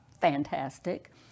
fantastic